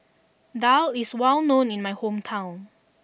Daal is well known in my hometown